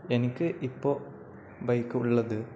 എനിക്ക് ഇപ്പോള് ബൈക്കുള്ളത്